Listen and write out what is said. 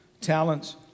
Talents